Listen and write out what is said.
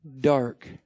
dark